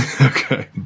Okay